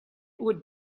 would